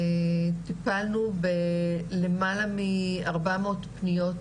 טיפלנו בלמעלה מ-400 פניות,